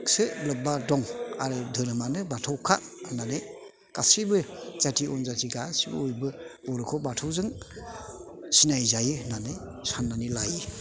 लोब्बा दङ आरो धोरोमआनो बाथौखा होननानै गासिबो जाथि अनजाथि गासिबो बयबो बर'खौ बाथौजों सिनाय जायो होनानै साननानै लायो